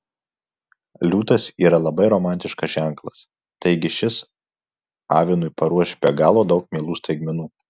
liūtas yra labai romantiškas ženklas taigi šis avinui paruoš be galo daug mielų staigmenų